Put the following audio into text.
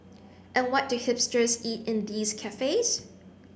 and what do hipsters eat in these cafes